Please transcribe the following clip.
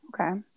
Okay